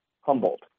Humboldt